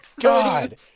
God